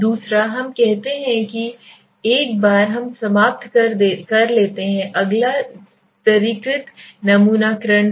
दूसरा हम देखते हैं कि एक बार हम समाप्त कर लेते हैं कि अगला स्तरीकृत नमूनाकरण था